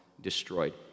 destroyed